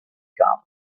come